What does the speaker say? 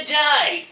die